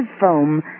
foam